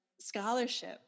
scholarship